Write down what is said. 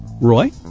Roy